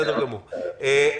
מאה אחוז.